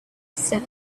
set